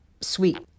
sweet